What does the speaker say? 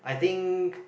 I think